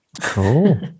cool